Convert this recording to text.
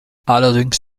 allerdings